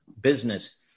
business